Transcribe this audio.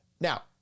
Now